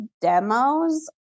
demos